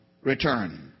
return